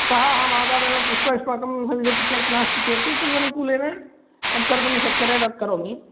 अतः अहमादावेव पृष्ट्वा युष्माकं सविधे टिकेट् नास्ति चेत् तदानुकूल्येन यत्कर्तुं शक्यते तत् करोमि